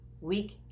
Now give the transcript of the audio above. week